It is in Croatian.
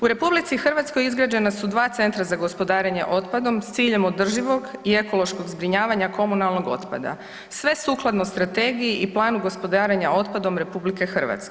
U RH izgrađena su 2 centra za gospodarenje otpadom s ciljem održivog i ekološkog zbrinjavanja komunalnog otpada sve sukladno Strategiji i Planu gospodarenja otpadom RH.